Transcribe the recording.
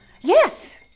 yes